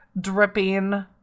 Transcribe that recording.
dripping